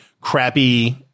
crappy